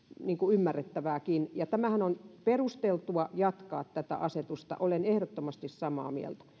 ymmärrettävääkin ja on perusteltua jatkaa tätä asetusta olen ehdottomasti samaa mieltä